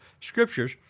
scriptures